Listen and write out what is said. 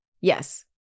Yes